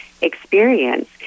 experience